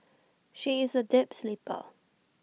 she is A deep sleeper